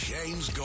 James